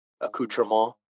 accoutrement